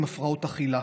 עם הפרעות אכילה,